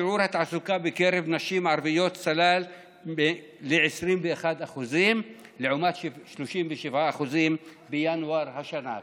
שיעור התעסוקה בקרב נשים ערביות צלל ל-21% לעומת 37% בינואר השנה,